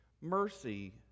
Mercy